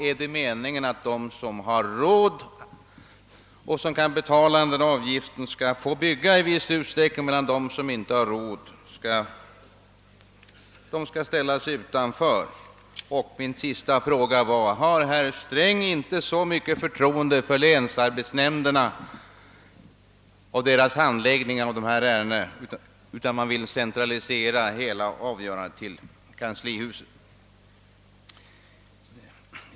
Är det meningen att de som har råd att betala denna avgift skall få bygga i viss utsträckning, medan de som inte har råd skall ställas utanför? Min sista fråga var: Har herr Sträng så litet förtroende för länsarbetsnämnderna och deras handläggning av dessa ärenden att han måste centralisera avgörandena till kanslihuset?